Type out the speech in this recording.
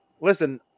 Listen